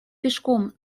пешком